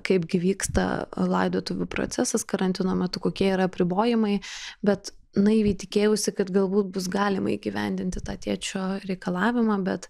kaipgi vyksta laidotuvių procesas karantino metu kokie yra apribojimai bet naiviai tikėjausi kad galbūt bus galima įgyvendinti tą tėčio reikalavimą bet